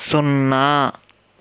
సున్నా